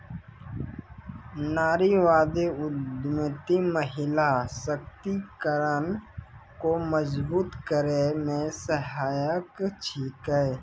नारीवादी उद्यमिता महिला सशक्तिकरण को मजबूत करै मे सहायक छिकै